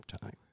time